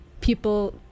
people